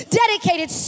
dedicated